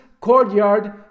courtyard